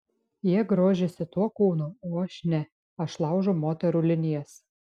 jie grožisi tuo kūnu o aš ne aš laužau moterų linijas